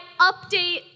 update